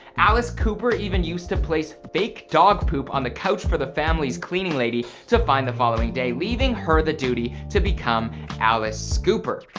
alice cooper even used to place fake dog poop on the couch for the family's cleaning lady to find the following day, leaving her the duty to become alice scooper,